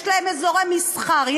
יש להן אזורי מסחר,